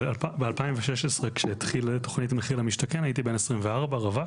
ב-2016 כשהתחילה תכנית מחיר למשתכן הייתי בן 27 רווק,